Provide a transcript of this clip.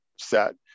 set